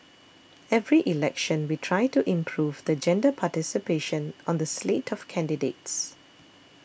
every election we try to improve the gender participation on the slate of candidates